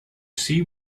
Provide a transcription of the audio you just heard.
see